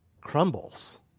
crumbles